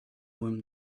him